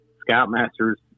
scoutmasters